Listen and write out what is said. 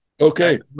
okay